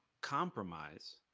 compromise